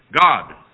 God